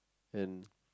and